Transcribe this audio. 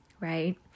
right